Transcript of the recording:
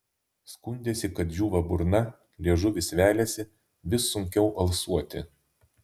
skundėsi kad džiūva burna liežuvis veliasi vis sunkiau alsuoti